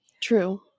True